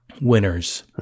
Winners